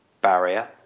barrier